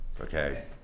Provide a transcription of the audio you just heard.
Okay